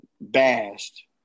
bashed